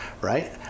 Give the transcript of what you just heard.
right